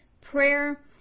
Prayer